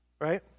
right